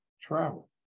Travel